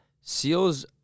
Seals